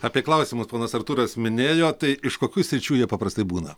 apie klausimus ponas artūras minėjo tai iš kokių sričių jie paprastai būna